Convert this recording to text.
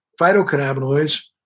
phytocannabinoids